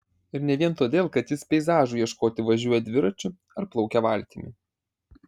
ir ne vien todėl kad jis peizažų ieškoti važiuoja dviračiu ar plaukia valtimi